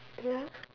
ya